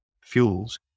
fuels